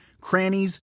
crannies